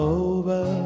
over